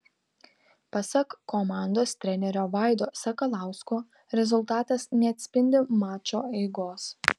pasak komandos trenerio vaido sakalausko rezultatas neatspindi mačo eigos